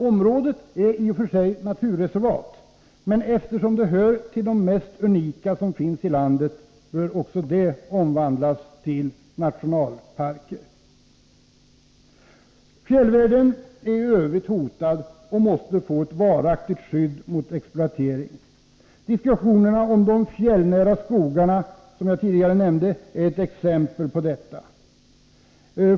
Området är i och för sig naturreservat, men eftersom det hör till de mest säregna som finns i landet, bör även det omvandlas till nationalpark. Fjällvärlden är också i övrigt hotad och måste få ett skydd mot exploatering. De fjällnära skogarna, som jag tidigare nämnde och som är föremål för diskussion, är ett exempel på detta.